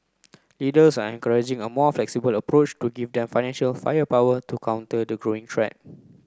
leaders are encouraging a more flexible approach to give them financial firepower to counter the growing threat